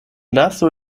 lasu